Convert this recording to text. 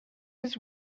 his